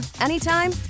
Anytime